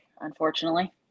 Unfortunately